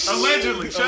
Allegedly